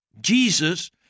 Jesus